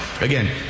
Again